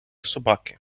собаки